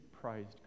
prized